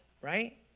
right